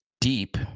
deep